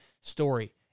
story